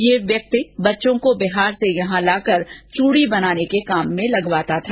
ये व्यक्ति बच्चों को बिहार से यहां लाकर मूड़ी बनाने के काम में लगवाता था